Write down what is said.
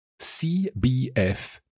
cbf